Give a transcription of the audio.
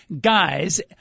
guys